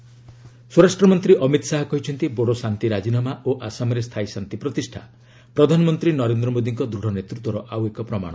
Shah Bodo accord ସ୍ୱରାଷ୍ଟ୍ରମନ୍ତ୍ରୀ ଅମିତ ଶାହା କହିଛନ୍ତି ବୋଡୋ ଶାନ୍ତି ରାଜିନାମା ଓ ଆସାମରେ ସ୍ଥାୟୀ ଶାନ୍ତିପ୍ରତିଷ୍ଠା ପ୍ରଧାନମନ୍ତ୍ରୀ ନରେନ୍ଦ୍ର ମୋଦୀଙ୍କ ଦୂତ୍ ନେତୃତ୍ୱର ଆଉ ଏକ ପ୍ରମାଣ